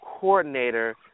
coordinator